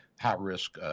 high-risk